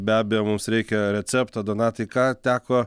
be abejo mums reikia recepto donatai ką teko